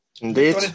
Indeed